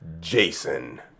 Jason